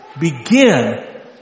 Begin